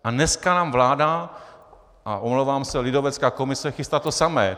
A dneska nám vláda, a omlouvám se, lidovecká komise chystá to samé.